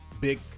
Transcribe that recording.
big